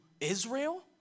Israel